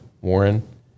Warren